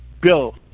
bill